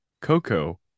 Coco